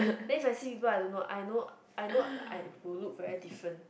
then if I see people I don't know I know I know I would look very different